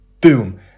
Boom